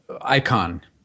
Icon